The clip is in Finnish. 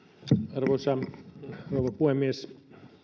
arvoisa rouva puhemies